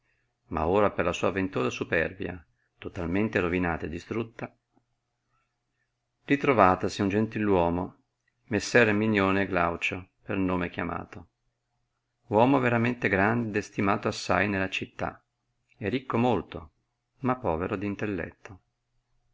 ma ora per la sua ventosa superbia totalmente rovinata e distrutta ritrovatasi un gentiluomo messer erminione glaucio per nome chiamato uomo veramente grande ed estimato assai nella città e ricco molto ma povero d intelletto